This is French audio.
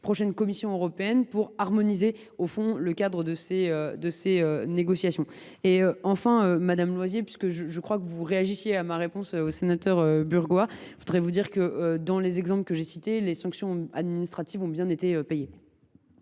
prochaine Commission européenne pour harmoniser le cadre de ces négociations. Enfin, madame Loisier – je vous ai vue réagir à ma réponse au sénateur Burgoa –, je voudrais vous préciser que, dans les cas que j’ai cités, les amendes administratives ont bien été payées.